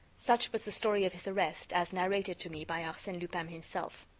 such was the story of his arrest as narrated to me by arsene lupin himself.